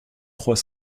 trois